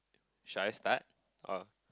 should I start or